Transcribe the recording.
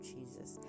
Jesus